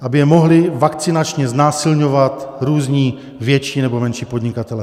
aby je mohli vakcinačně znásilňovat různí větší nebo menší podnikatelé.